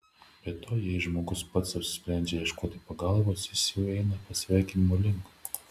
be to jei žmogus pats apsisprendžia ieškoti pagalbos jis jau eina pasveikimo link